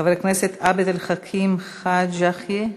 חבר הכנסת עבד אל חכים חאג' יחיא,